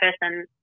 person